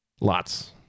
Lots